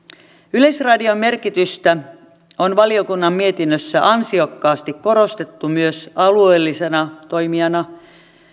yleisradion merkitystä on valiokunnan mietinnössä ansiokkaasti korostettu myös alueellisena toimijana